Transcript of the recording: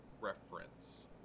Reference